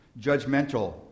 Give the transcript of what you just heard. judgmental